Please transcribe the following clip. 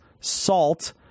salt